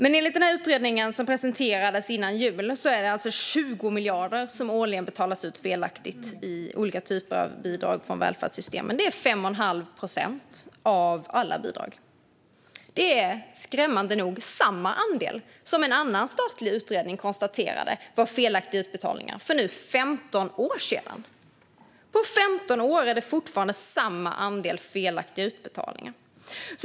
Enligt den utredning som presenterades före jul betalas alltså 20 miljarder årligen ut felaktigt i olika typer av bidrag från välfärdssystemen. Det är 5 1⁄2 procent av alla bidrag. Det är skrämmande nog samma andel felaktiga utbetalningar som en annan statlig utredning konstaterade för 15 år sedan. Efter 15 år är det fortfarande samma andel felaktiga utbetalningar.